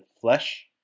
flesh